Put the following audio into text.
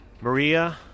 Maria